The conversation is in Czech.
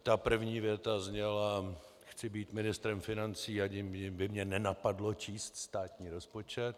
Ta první věta zněla: Chci být ministrem financí a nikdy by mě nenapadlo číst státní rozpočet.